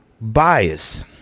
Bias